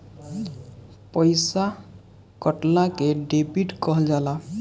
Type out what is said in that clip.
पइसा कटला के डेबिट कहल जाला